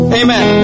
amen